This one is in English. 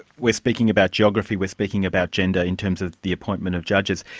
we're speaking about geography, we're speaking about gender, in terms of the appointment of judges.